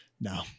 No